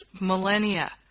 millennia